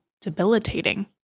debilitating